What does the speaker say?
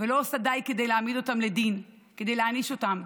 ולא עושה די להעמיד אותם לדין, להעניש אותם.